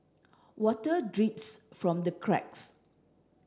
water drips from the cracks